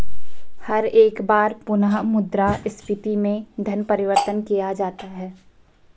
हर एक बार पुनः मुद्रा स्फीती में धन परिवर्तन किया जाता है